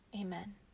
amen